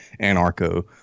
anarcho